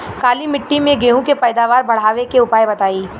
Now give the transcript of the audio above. काली मिट्टी में गेहूँ के पैदावार बढ़ावे के उपाय बताई?